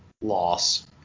loss